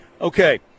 Okay